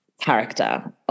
character